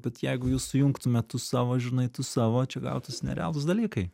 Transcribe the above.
bet jeigu jūs sujungtumėt savo žinai tu savo čia gautūs nerealūs dalykai